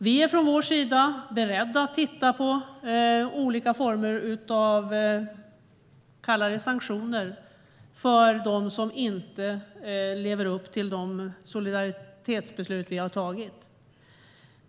Vi är från vår sida beredda att titta på olika former av det vi kan kalla sanktioner för dem som inte lever upp till de solidaritetsbeslut som vi har tagit.